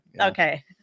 okay